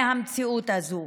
מהמציאות הזו.